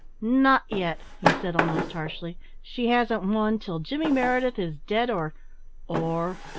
not yet! he said almost harshly. she hasn't won till jimmy meredith is dead or or?